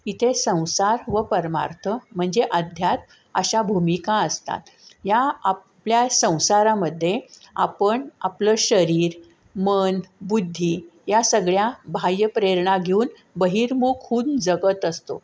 इथे संसार व परमार्थ म्हणजे अध्यात् अशा भूमिका असतात या आपल्या संसारामध्ये आपण आपलं शरीर मन बुद्धी या सगळ्या बाह्यप्रेरणा घेऊन बहिर्मुख होऊन जगत असतो